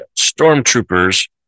stormtroopers